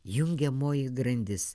jungiamoji grandis